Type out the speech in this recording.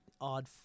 odd